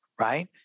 Right